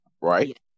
right